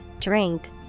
drink